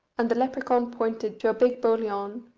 and the lepracaun pointed to a big boliaun,